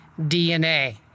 DNA